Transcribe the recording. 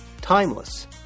timeless